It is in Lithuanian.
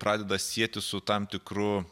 pradeda sietis su tam tikru